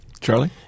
Charlie